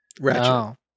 ratchet